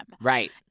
Right